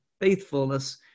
faithfulness